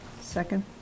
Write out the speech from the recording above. Second